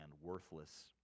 worthless